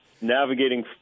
navigating